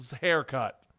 haircut